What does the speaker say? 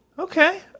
Okay